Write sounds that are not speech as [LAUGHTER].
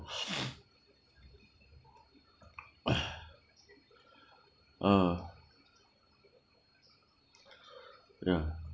[NOISE] [NOISE] uh [BREATH] ya